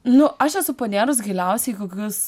nu aš esu panėrus giliausiai kokius